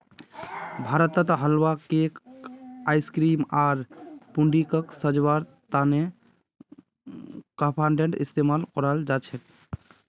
भारतत हलवा, केक आर क्रीम आर पुडिंगक सजव्वार त न कडपहनटेर इस्तमाल कराल जा छेक